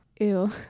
Ew